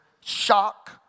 shock